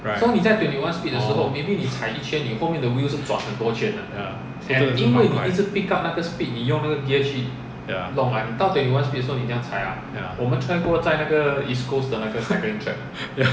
right orh ya 是真的是蛮快 ya ya